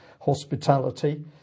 hospitality